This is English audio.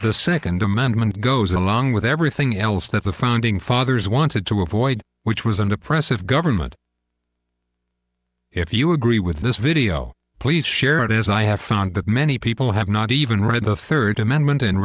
the second amendment goes along with everything else that the founding fathers wanted to avoid which was an oppressive government if you agree with this video please share it as i have found that many people have not even read the third amendment and